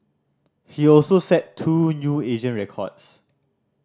he also set two new Asian records